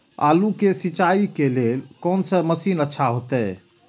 आलू के सिंचाई के लेल कोन से मशीन अच्छा होते?